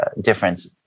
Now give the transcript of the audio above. difference